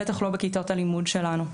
בטח לא בכיתות הלימוד שלנו.